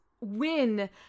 win